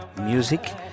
music